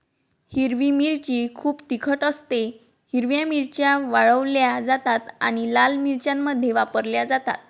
हिरवी मिरची खूप तिखट असतेः हिरव्या मिरच्या वाळवल्या जातात आणि लाल मिरच्यांमध्ये वापरल्या जातात